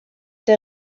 der